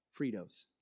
Fritos